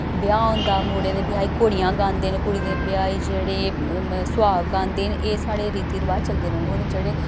ब्याह् होंदा मुड़े दे ब्याह् ही घोड़ियां गांदे न कुड़ी दे ब्याह् ही जेह्ड़े सुहाग गांदे न एह् साढ़े रीति रवाज चलदे रौह्ने और जेह्ड़े